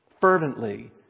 fervently